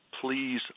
Please